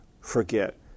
forget